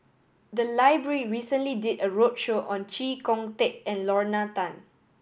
the library recently did a roadshow on Chee Kong Tet and Lorna Tan